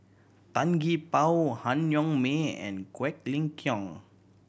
Tan Gee Paw Han Yong May and Quek Ling Kiong